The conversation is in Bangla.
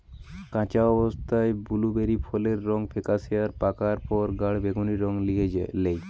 কাঁচা অবস্থায় বুলুবেরি ফলের রং ফেকাশে আর পাকার পর গাঢ় বেগুনী রং লিয়ে ল্যায়